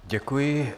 Děkuji.